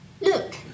look